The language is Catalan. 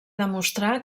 demostrà